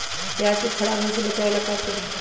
प्याज को खराब होय से बचाव ला का करी?